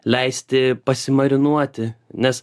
leisti pasimarinuoti nes